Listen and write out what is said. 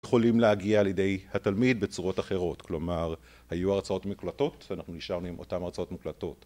יכולים להגיע על ידי התלמיד בצורות אחרות, כלומר היו הרצאות מוקלטות ואנחנו נשארנו עם אותן הרצאות מוקלטות.